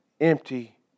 empty